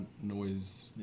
noise